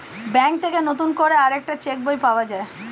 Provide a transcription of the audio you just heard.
bank থেকে নতুন করে আরেকটা চেক বই পাওয়া যায়